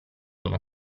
uno